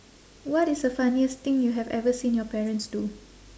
what is the funniest thing you have ever seen your parents do